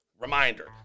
reminder